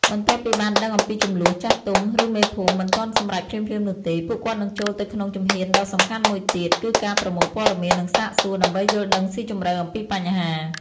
បន្ទាប់ពីបានដឹងអំពីជម្លោះ ចាស់ទុំ ឬមេភូមិ មិនទាន់សម្រេចភ្លាមៗនោះទេ។ ពួកគាត់នឹងចូលទៅក្នុងជំហានដ៏សំខាន់មួយទៀត គឺការប្រមូលព័ត៌មាន និងសាកសួរ ដើម្បីយល់ដឹងស៊ីជម្រៅអំពីបញ្ហា។